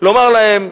לומר להם: